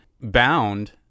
Bound